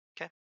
Okay